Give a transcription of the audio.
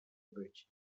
bridge